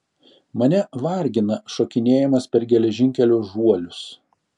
mane vargina šokinėjimas per geležinkelio žuolius